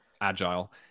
agile